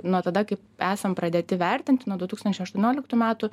nuo tada kai esam pradėti vertinti nuo du tūkstančiai aštuoniolktų metų